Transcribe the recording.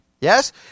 Yes